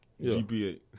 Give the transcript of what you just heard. GPA